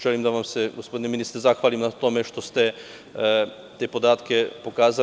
Želim da vam se, gospodine ministre, zahvalim na tome što ste te podatke pokazali.